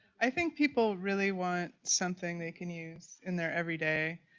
i think people really want something they can use in their everyday,